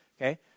okay